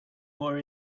more